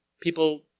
People